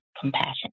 compassion